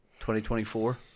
2024